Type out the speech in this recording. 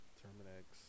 terminex